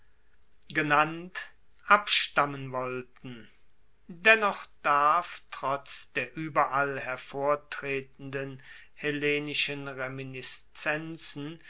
genannt abstammen wollten dennoch darf trotz der ueberall hervortretenden hellenischen reminiszenzen